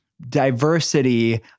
Diversity